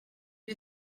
you